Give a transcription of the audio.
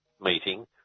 meeting